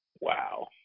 wow